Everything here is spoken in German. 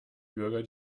bürger